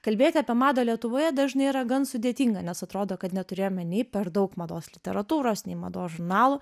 kalbėti apie madą lietuvoje dažnai yra gan sudėtinga nes atrodo kad neturėjome nei per daug mados literatūros nei mados žurnalų